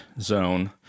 zone